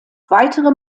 weitere